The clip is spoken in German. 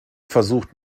versucht